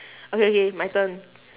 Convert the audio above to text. okay okay my turn